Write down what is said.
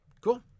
cool